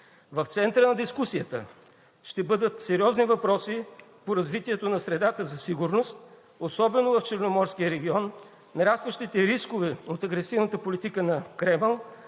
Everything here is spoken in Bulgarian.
В центъра на дискусията ще бъдат сериозните въпроси по развитието на средата за сигурност, особено в Черноморския регион, нарастващите рискове от агресивната политика на Кремъл,